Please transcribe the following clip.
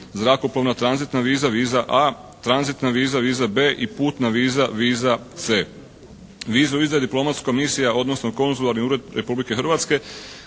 zrakoplovna tranzitna viza, viza A, tranzitna viza, viza B, i putna viza, viza C. Viza u … /Govornik se ne razumije./ … diplomatskih misija, odnosno Konzularni ured Republike Hrvatske,